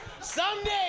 Someday